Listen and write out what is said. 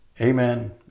amen